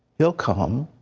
will come,